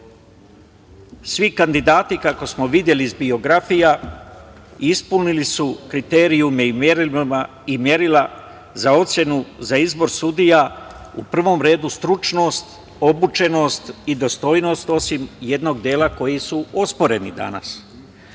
kandidati kako smo videli iz biografija ispunili su kriterijume i merila za ocenu za izbor sudija u prvom redu stručnost, obučenost i dostojnost, osim jednog dela koji su osporeni